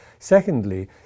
Secondly